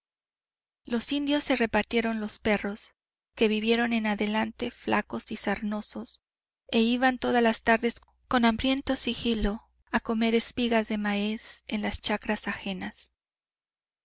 los indios se repartieron los perros que vivieron en adelante flacos y sarnosos e iban todas las tardes con hambriento sigilo a comer espigas de maíz en las chacras ajenas